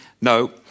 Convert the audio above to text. No